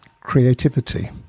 creativity